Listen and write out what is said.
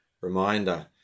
reminder